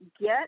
get